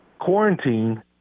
quarantine